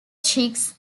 chicks